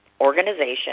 organization